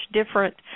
different –